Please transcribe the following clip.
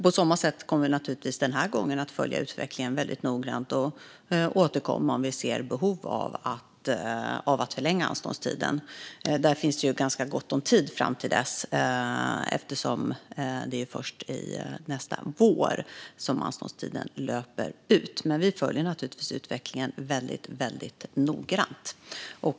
På samma sätt kommer vi naturligtvis även denna gång att följa utvecklingen väldigt noggrant och återkomma om vi ser behov av att förlänga anståndstiden. Det finns ganska gott om tid fram till dess eftersom det är först nästa vår som anståndstiden löper ut. Vi följer naturligtvis utvecklingen väldigt noggrant.